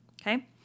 Okay